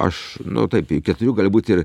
aš nu taip iki keturių gali būti ir